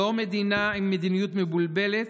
לא מדינה עם מדיניות מבולבלת.